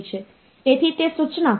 તેથી આ db 1 સુધીના સંભવિત અંકો છે